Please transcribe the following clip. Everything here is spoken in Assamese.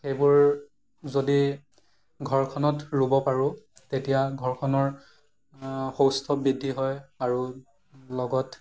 সেইবোৰ যদি ঘৰখনত ৰুব পাৰোঁ তেতিয়া ঘৰখনৰ সৌষ্ঠৱ বৃদ্ধি হয় আৰু লগত